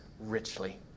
richly